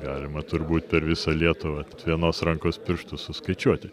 galima turbūt per visą lietuvą ant vienos rankos pirštų suskaičiuoti